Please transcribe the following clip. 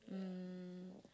um